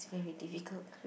it's very difficult